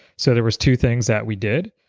so there was two things that we did.